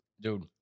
dude